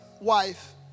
wife